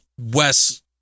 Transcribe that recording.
Wes